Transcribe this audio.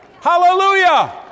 Hallelujah